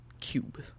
cube